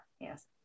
Yes